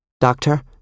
Doctor